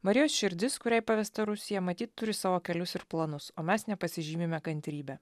marijos širdis kuriai pavesta rusija matyt turi savo kelius ir planus o mes nepasižymime kantrybe